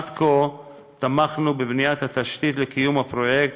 עד כה תמכנו בבניית התשתית לקיום הפרויקט,